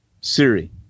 Siri